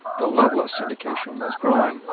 the level of syndication was growing,